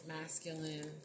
masculine